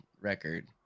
record